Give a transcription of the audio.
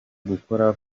gukora